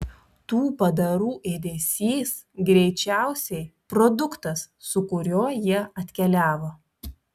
tų padarų ėdesys greičiausiai produktas su kuriuo jie atkeliavo